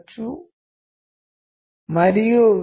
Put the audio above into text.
filters అన్నవి మళ్లీ చాలా ముఖ్యమైనవి